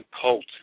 cult